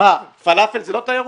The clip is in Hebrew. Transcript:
פלאפל הוא לא תיירות?